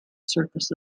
surface